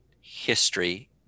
history